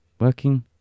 working